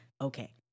okay